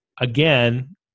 again